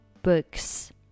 Books